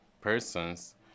persons